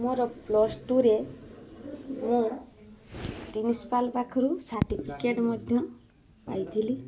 ମୋର ପ୍ଲସ୍ଟୁରେ ମୁଁ ପ୍ରିନ୍ସିପ୍ଯାଲ୍ ପାଖରୁ ସାର୍ଟିଫିକେଟ୍ ମଧ୍ୟ ପାଇଥିଲି